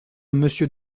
monsieur